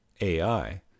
AI